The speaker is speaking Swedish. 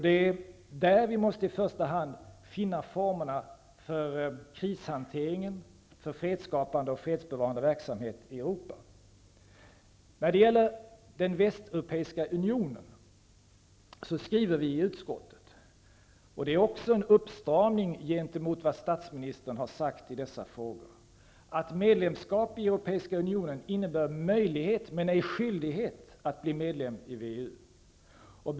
Det är där vi i första hand måste finna formerna för krishanteringen, för fredsskapande och fredsbevarande verksamhet i När det gäller den västeuropeiska unionen skriver vi i utskottet -- och det är också en uppstramning i förhållande till vad statsministern har sagt i dessa frågor -- att medlemskap i Europeiska unionen innebär möjlighet, men ej skyldighet att bli medlem i WEU.